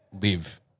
live